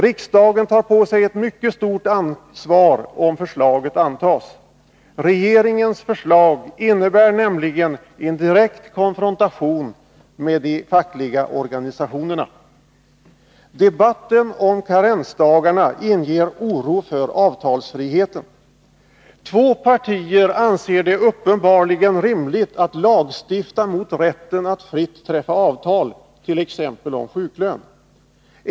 Riksdagen tar på sig ett mycket stort ansvar om förslaget antas. Regeringens förslag innebär nämligen en direkt konfrontation med de fackliga organisationerna. Debatten om karensdagarna inger oro för avtalsfriheten. Två partier anser det uppenbarligen rimligt att lagstifta mot rätten att fritt träffa avtal, t.ex. om sjuklön.